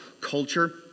culture